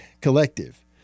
Collective